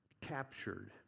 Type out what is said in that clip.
captured